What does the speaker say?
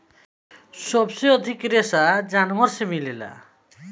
सबसे अधिक रेशा जानवर से मिलेला